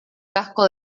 casco